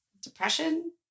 depression